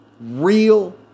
real